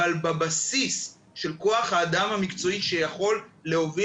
אבל בבסיס של כוח האדם המקצועי שיכול להוביל